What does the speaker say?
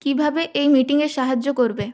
কীভাবে এই মিটিংয়ে সাহায্য করবে